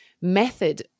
method